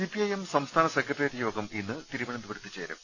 CPIM സംസ്ഥാന secretariat യോഗം ഇന്ന് തിരുവനന്തപുരത്ത് ചേരും